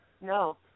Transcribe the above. No